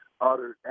uttered